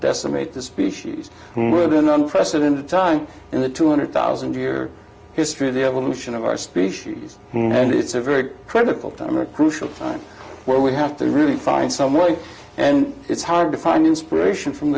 decimate the species who are in unprecedented time in the two hundred thousand year history of the evolution of our species and it's a very critical time a crucial time where we have to really find some way and it's hard to find inspiration from